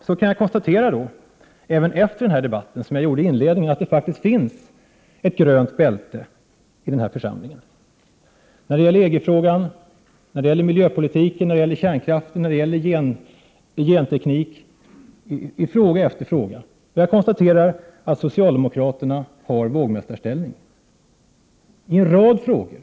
Jag kan nu konstatera, liksom jag gjorde i inledningen av debatten, att det faktiskt finns ett grönt bälte i denna församling när det gäller EG-frågan, miljöpolitiken, kärnkraften och gentekniken. Jag konstaterar att socialdemokraterna har en vågmästarställning i en rad frågor.